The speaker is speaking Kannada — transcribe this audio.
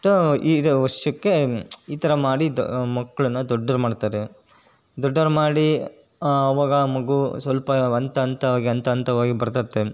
ಒಟ್ಟು ಈ ಇದು ವರ್ಷಕ್ಕೆ ಈ ಥರ ಮಾಡಿದ ಮಕ್ಕಳನ್ನ ದೊಡ್ಡದು ಮಾಡ್ತಾರೆ ದೊಡ್ಡೋರು ಮಾಡಿ ಆವಾಗ ಮಗು ಸ್ವಲ್ಪ ಹಂತ ಹಂತವಾಗಿ ಹಂತ ಹಂತವಾಗಿ ಬರ್ತಿರ್ತಾವೆ